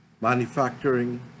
manufacturing